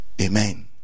Amen